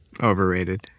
Overrated